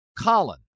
Colin